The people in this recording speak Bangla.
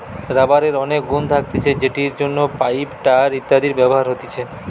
রাবারের অনেক গুন্ থাকতিছে যেটির জন্য পাইপ, টায়র ইত্যাদিতে ব্যবহার হতিছে